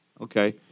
Okay